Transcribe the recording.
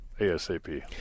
ASAP